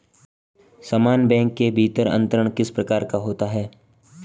समान बैंक के भीतर अंतरण किस प्रकार का होता है?